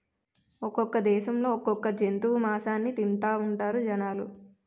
ఒక్కొక్క దేశంలో ఒక్కొక్క జంతువు మాసాన్ని తింతాఉంటారు జనాలు